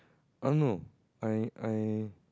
I don't know I I